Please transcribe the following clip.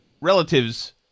relatives